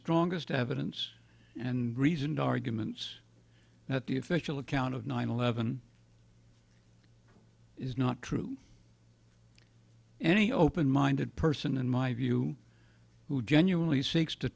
strongest evidence and reasoned arguments that the official account of nine eleven is not true any open minded person in my view who genuinely s